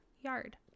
yard